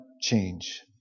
change